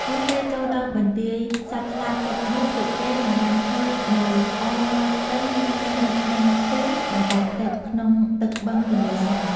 មុនពេលចូលដល់បន្ទាយសត្វស្លាបទឹកនោះពួកគេនឹងបានឃើញ នៅអមមាត់ស្ទឹងមានផ្ទះនៅក្នុងភូមិបណ្ដែតទឹក ក្នុងទឹកបឹងទន្លេសាប។